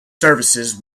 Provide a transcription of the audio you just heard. services